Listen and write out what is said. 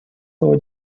слово